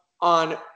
on